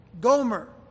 Gomer